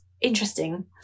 interesting